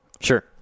Sure